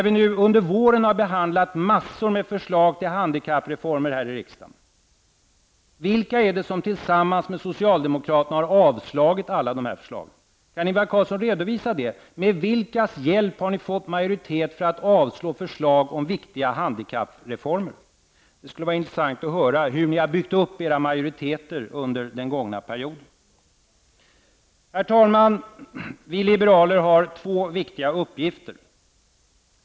Vi har under våren behandlat en mängd förslag om handikappreformer här i riksdagen. Vilka är det som tillsammans med socialdemokraterna har avslagit alla dessa förslag? Kan Ingvar Carlsson redovisa med vilkas hjälp ni har fått majoritet för att avslå förslag om viktiga handikappreformer? Det skulle vara intressant att höra hur ni har byggt upp era majoriteter under den gångna perioden. Herr talman! Vi liberaler har två viktiga uppgifter.